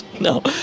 No